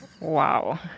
Wow